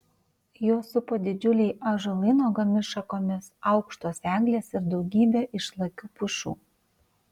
juos supo didžiuliai ąžuolai nuogomis šakomis aukštos eglės ir daugybė išlakių pušų